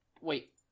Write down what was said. wait